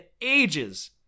ages